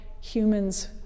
humans